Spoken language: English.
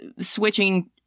switching